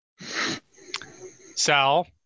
Sal